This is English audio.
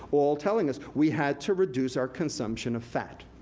all telling us we had to reduce our consumption of fat.